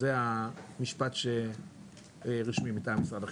זה המשפט הרשמי מטעם משרד החינוך.